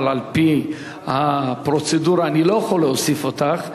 אבל על-פי הפרוצדורה אני לא יכול להוסיף אותך,